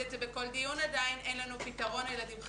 את זה בכל דיון אין לנו פתרון לילדים.